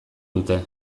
dute